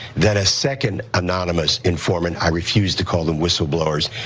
then a second anonymous informant, i refuse to call them whistleblowers.